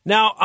Now